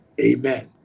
amen